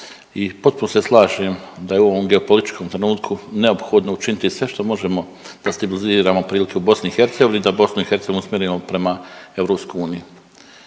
I potpuno se slažem da je u ovom geopolitičkom trenutku neophodno učiniti sve što možemo da stabiliziramo prilike u BiH, da BiH usmjerimo prema EU.